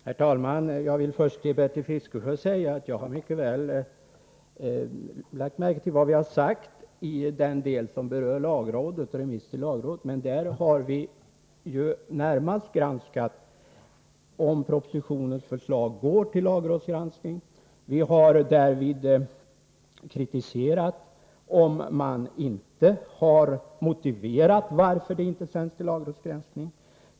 Herr talman! Jag vill först till Bertil Fiskesjö säga att jag mycket väl har lagt märke till vad vi har sagt i den del som berör remiss till lagrådet. Där har vi emellertid närmast granskat om propositioners förslag går till lagrådsgranskning. Vi har därvid kritiserat om man inte har motiverat varför förslagen inte sänts till lagrådsgranskning.